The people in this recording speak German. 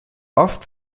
oft